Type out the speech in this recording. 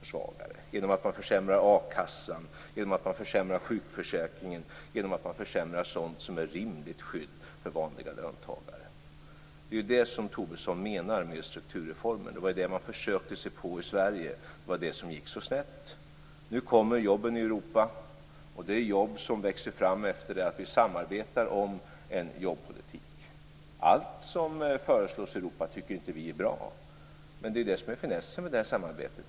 Man skall göra det genom att försämra a-kassan, genom att försämra sjukförsäkringen, genom att försämra sådant som är ett rimligt skydd för vanliga löntagare. Det är det Tobisson menar med strukturreformer. Det var det man försökte sig på i Sverige. Det var det som gick så snett. Nu kommer jobben i Europa, och det är jobb som växer fram efter det att vi börjat samarbeta om en jobbpolitik. Allt som föreslås i Europa tycker vi inte är bra. Men det är ju det som finessen med samarbetet.